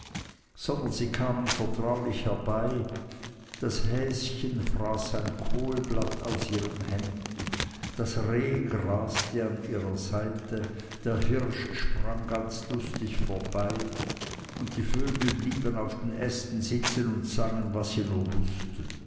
sondern sie kamen vertraulich herbei das häschen fraß ein kohlblatt aus ihren händen das reh graste an ihrer seite der hirsch sprang ganz lustig vorbei und die vögel blieben auf den ästen sitzen und sangen was sie nur wußten